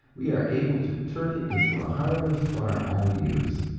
we are able to turn it into a harvest for our own use!